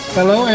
Hello